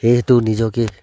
সেইহেতু নিজকে